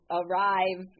arrive